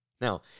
Now